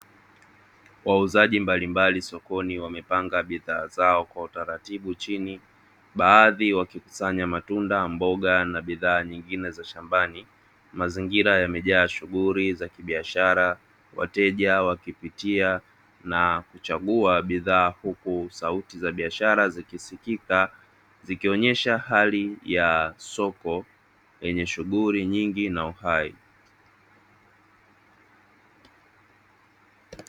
Wauzaji mbalimbali sokoni wamepanga bidhaa zao kwa utaratibu chini, baadhi wakikusanya matunda, mboga na bidhaa zingine za shambani, mazingira yamejaa shughuli za biashara, wateja wakipitia na kuchagua bidhaa huku sauti za biashara zikisikika, zikionyesha hali ya soko lenye shughuli nyingi na uhai.